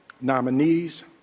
nominees